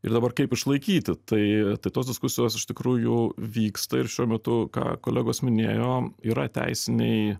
ir dabar kaip išlaikyti tai tos diskusijos iš tikrųjų vyksta ir šiuo metu ką kolegos minėjo yra teisiniai